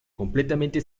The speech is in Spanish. completamente